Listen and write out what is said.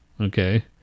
okay